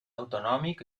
autonòmic